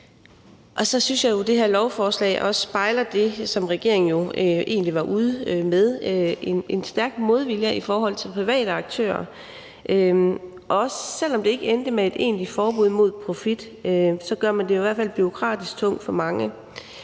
Og så synes jeg, at det her lovforslag også spejler det, som regeringen jo egentlig var ude med, nemlig en stærk modvilje i forhold til private aktører, og selv om det ikke endte med et egentligt forbud mod profit, gør man det jo i hvert fald bureaukratisk tungt for mange.